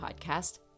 podcast